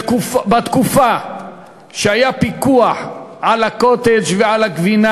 בתקופה שהיה פיקוח על הקוטג' ועל הגבינה,